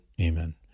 Amen